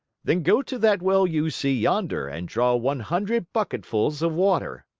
then go to that well you see yonder and draw one hundred bucketfuls of water.